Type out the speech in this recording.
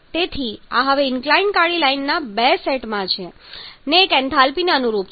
તેથી આ હવે ઇન્ક્લાઇડ કાળી લાઈનના બે સેટમાં છે ને એક એન્થાલ્પીને અનુરૂપ છે